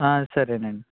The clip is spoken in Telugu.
సరే అండి